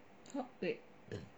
wait how many